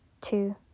two